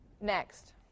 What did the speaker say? Next